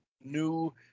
new